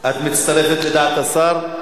את מצטרפת לדעת השר?